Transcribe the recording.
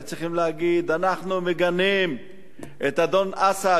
היו צריכים להגיד: אנחנו מגנים את אדון אסד,